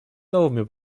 новыми